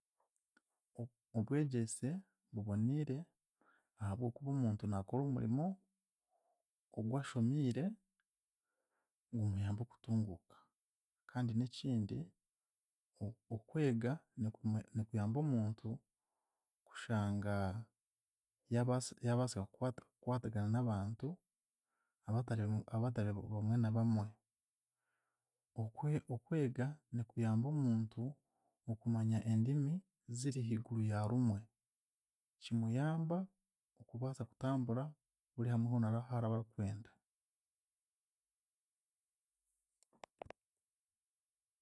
O- Obwegyese buboniire ahabw'okuba omuntu naakora omurimo ogwashomiire gumuyamba okutunguuka kandi n'ekindi o- okwega nikumu nikuyamba omuntu kushanga yabaasa yaabaasa kukwatagana n'abantu abatari abatari bamwe na bamwe. Okwe okwega nikuyamba omuntu okumanya endimi ziri haiguru ya rumwe, kimuyamba okubaasa kutambura buri hamwe hoona aharaba akwenda.